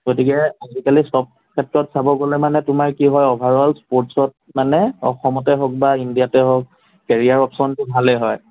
গতিকে আজিকালি সব ক্ষেত্ৰত চাব গ'লে মানে তোমাৰ কি হয় অভাৰল স্পৰ্ষ্টছত মানে অসমতে হওঁক বা ইণ্ডিয়াতে হওঁক কেৰিয়াৰ অপশ্যনটো ভালেই হয়